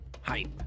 Hype